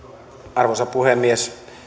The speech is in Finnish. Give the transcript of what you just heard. arvoisa puhemies